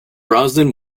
bronson